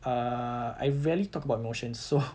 err I rarely talk about emotions so